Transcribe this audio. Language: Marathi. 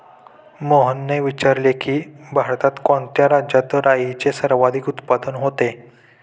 मोहनने विचारले की, भारतात कोणत्या राज्यात राईचे सर्वाधिक उत्पादन होते?